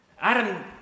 Adam